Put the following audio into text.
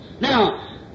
Now